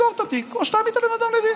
סגור את התיק, או שתעמיד את הבן אדם לדין.